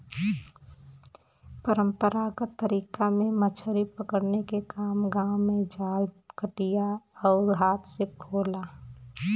परंपरागत तरीका में मछरी पकड़े के काम गांव में जाल, कटिया आउर हाथ से होला